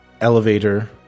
elevator